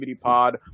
pod